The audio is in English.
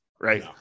Right